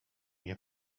nie